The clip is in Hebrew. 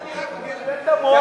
תן לי רק לדבר אחריך,